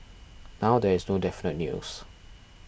now there is no definite news